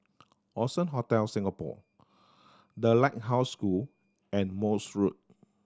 Allson Hotel Singapore The Lighthouse School and Morse Road